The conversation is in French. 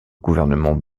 gouvernements